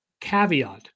caveat